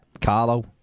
Carlo